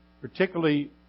particularly